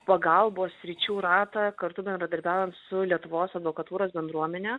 pagalbos sričių ratą kartu bendradarbiaujant su lietuvos advokatūros bendruomene